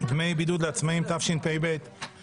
(דמי בידוד לעצמאים), התשפ"ב-2022